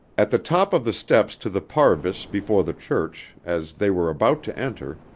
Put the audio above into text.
at the top of the steps to the parvis before the church, as they were about to enter,